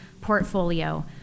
portfolio